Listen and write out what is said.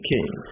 King